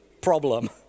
problem